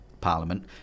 Parliament